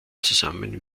zusammen